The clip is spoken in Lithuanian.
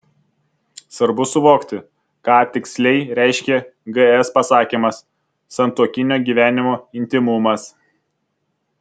svarbu suvokti ką tiksliai reiškia gs pasakymas santuokinio gyvenimo intymumas